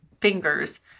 fingers